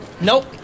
Nope